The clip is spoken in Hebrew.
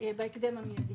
בהקדם ומיד.